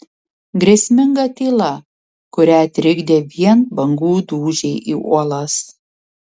grėsminga tyla kurią trikdė vien bangų dūžiai į uolas